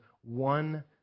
one